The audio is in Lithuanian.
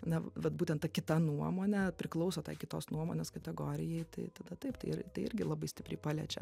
na vat būtent ta kita nuomonė priklauso tai kitos nuomonės kategorijai tai tada taip tai ir tai irgi labai stipriai paliečia